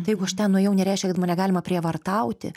tai jeigu aš ten nuėjau nereiškia kad negalima prievartauti